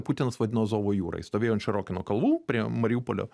putinas vadino azovo jūra jis stovėjo ant širokino kalvų prie mariupolio